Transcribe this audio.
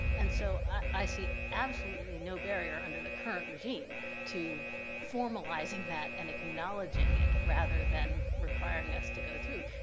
and so, i see absolutely no barrier under the current regime to formalizing that and acknowledging it rather than requiring us to go through,